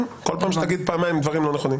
כן, בכל פעם שתגיע דברים לא נכונים.